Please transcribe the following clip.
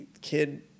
kid